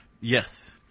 yes